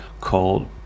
called